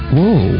Whoa